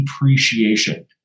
depreciation